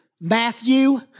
Matthew